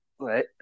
right